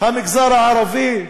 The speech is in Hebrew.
המגזר הערבי,